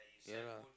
ya lah